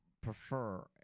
prefer